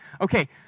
Okay